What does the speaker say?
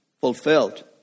fulfilled